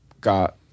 got